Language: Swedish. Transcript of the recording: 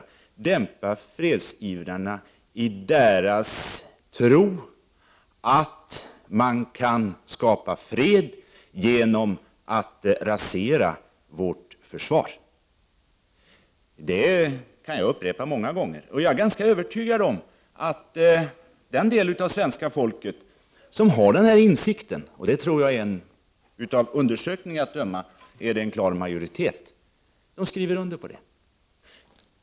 Jag sade: Dämpa fredsivrarna i deras tro att man kan skapa fred genom att rasera vårt försvar. Detta kan jag upprepa många gånger. Jag är ganska övertygad om att den del av svenska folket som har denna insikt — och av undersökningar att döma är det en klar majoritet — skriver under på detta.